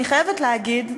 אני חייבת להגיד,